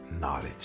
knowledge